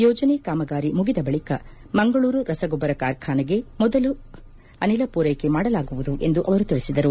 ಯೋಜನೆ ಕಾಮಗಾರಿ ಮುಗಿದ ಬಳಿಕ ಮಂಗಳೂರು ರಸಗೊಬ್ಬರ ಕಾರ್ಖಾನೆಗೆ ಮೊದಲು ಅನಿಲ ಪೂರ್ನೆಕೆ ಮಾಡಲಾಗುವುದು ಎಂದು ಅವರು ತಿಳಿಸಿದರು